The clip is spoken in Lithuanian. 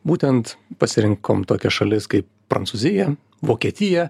būtent pasirinkom tokias šalis kaip prancūzija vokietija